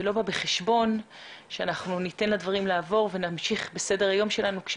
לא בא בחשבון שאנחנו ניתן לדברים לעבור ונמשיך בסדר היום שלנו כאשר